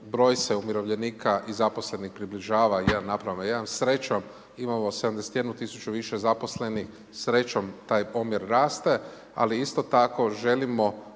broj se umirovljenika i zaposlenih približava 1:1. Srećom imamo 71 tisuću više zaposlenih, srećom taj omjer raste. Ali isto tako želimo